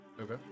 Okay